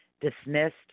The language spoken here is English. dismissed